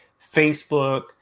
Facebook